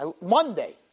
Monday